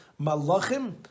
Malachim